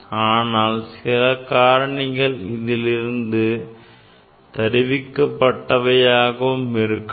ஆனால் சில காரணிகள் இதில் இருந்து தருவிக்கப்பட்டவையாக இருக்கலாம்